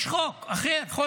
יש חוק אחר,